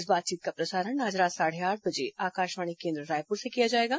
इस बातचीत का प्रसारण आज रात साढ़े आठ बजे आकाशवाणी केन्द्र रायपुर से किया जाएगा